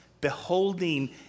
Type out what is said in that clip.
beholding